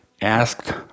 asked